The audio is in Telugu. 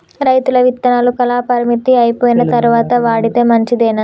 రైతులు విత్తనాల కాలపరిమితి అయిపోయిన తరువాత వాడితే మంచిదేనా?